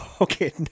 okay